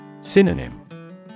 Synonym